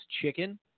chicken